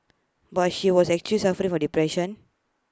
but she was actually suffering from depression